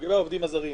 לגבי העובדים הזרים.